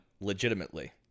legitimately